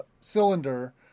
cylinder